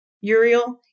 Uriel